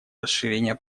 расширения